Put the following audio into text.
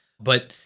but-